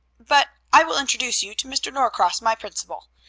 but i will introduce you to mr. norcross, my principal,